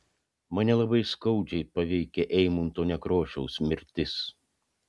mane labai skaudžiai paveikė eimunto nekrošiaus mirtis